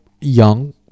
young